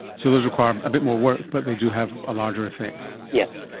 so those require a bit more work but they do have a larger effect. yes.